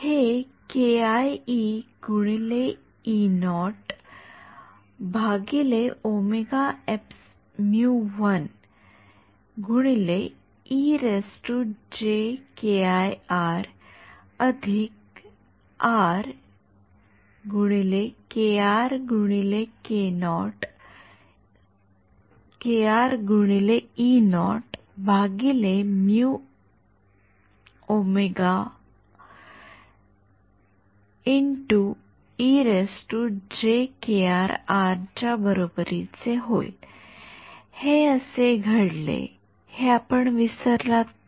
हे च्या बरोबरीचे होईल हे कसे घडले हे आपण विसरलात तर